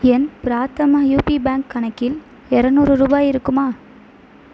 என் Prathama UP bank கணக்கில் இரநூறு ரூபாய் இருக்குமா